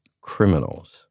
criminals